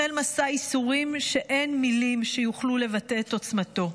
החל מסע ייסורים שאין מילים שיוכלו לבטא את עוצמתו.